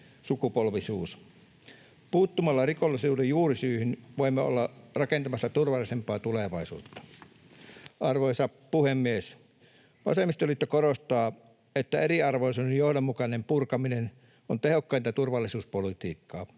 Puuttumalla rikollisuuden juurisyihin voimme olla rakentamassa turvallisempaa tulevaisuutta. Arvoisa puhemies! Vasemmistoliitto korostaa, että eriarvoisuuden johdonmukainen purkaminen on tehokkainta turvallisuuspolitiikkaa.